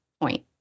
point